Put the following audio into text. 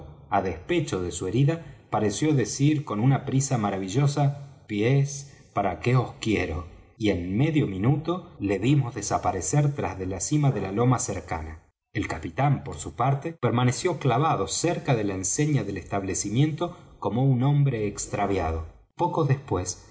á despecho de su herida pareció decir con una prisa maravillosa pies para qué os quiero y en medio minuto le vimos desaparecer tras de la cima de la loma cercana el capitán por su parte permaneció clavado cerca de la enseña del establecimiento como un hombre extraviado poco después